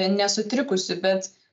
nesutrikusi bet